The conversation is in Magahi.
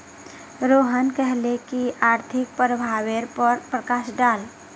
रोहन कहले की आर्थिक प्रभावेर पर प्रकाश डाल